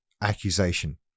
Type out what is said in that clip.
accusation